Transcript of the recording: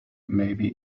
maybe